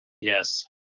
Yes